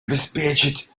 обеспечить